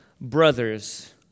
brothers